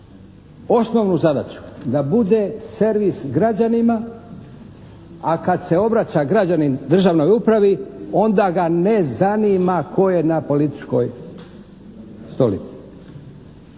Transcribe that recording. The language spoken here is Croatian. osnovnu zadaću da bude servis građanima a kad se obraća građanin državnoj upravi onda ga ne zanima tko je na političkoj stolici.